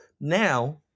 Now